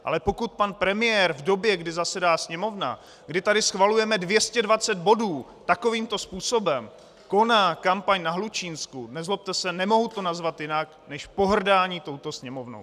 Ale pokud pan premiér v době, kdy zasedá Sněmovna, kdy tady schvalujeme 220 bodů takovýmto způsobem koná kampaň na Hlučínsku, nezlobte se, nemohu to nazvat jinak než pohrdání touto Sněmovnou.